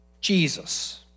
Jesus